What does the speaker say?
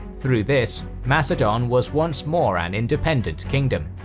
through this, macedon was once more an independent kingdom.